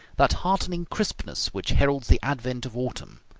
that heartening crispness which heralds the advent of autumn.